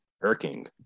irking